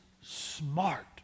smart